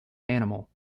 animal